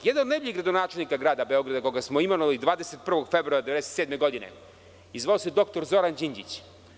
Jedan od najboljih gradonačelnik Grada Beograda koga smo imenovali 21. februara 1997. godine, zvao se doktor Zoran Đinđić.